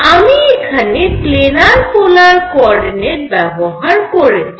আমি এখানে planar polar coordinate ব্যবহার করেছি